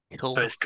Cool